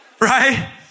right